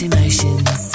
Emotions